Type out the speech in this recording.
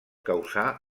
causar